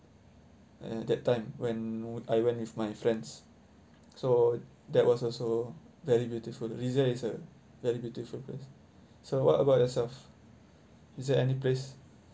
and that time when I went with my friends so that was also very beautiful rize is a very beautiful place so what about yourself is there any place